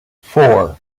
four